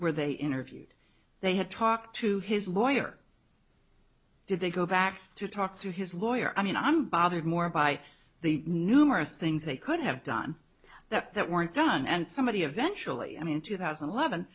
where they interviewed they had talked to his lawyer did they go back to talk to his lawyer i mean i'm bothered more by the numerous things they could have done that that weren't done and somebody eventually i mean two thousand and eleven